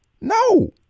No